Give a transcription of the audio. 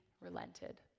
relented